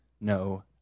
no